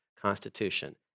Constitution